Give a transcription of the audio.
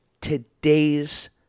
today's